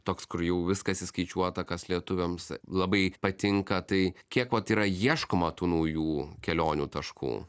toks kur jau viskas įskaičiuota kas lietuviams labai patinka tai kiek vat yra ieškoma tų naujų kelionių taškų